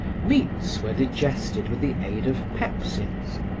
meats were digested with the aid of pepsines.